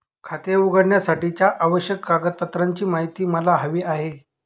खाते उघडण्यासाठीच्या आवश्यक कागदपत्रांची माहिती मला हवी आहे